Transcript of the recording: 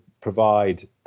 provide